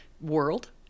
world